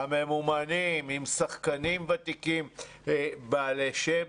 הממומנים, עם שחקנים ותיקים בעלי שם.